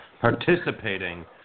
participating